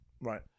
Right